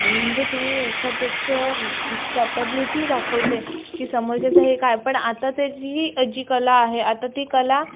म्हणजे तुम्ही एखाद्याच्या कॅपॅबिलिटी दाखवते की समोरच्याचा हे काय पण आता त्याची ही जी कला आहे आता ती कला